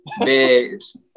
bitch